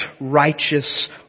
righteous